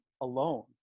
alone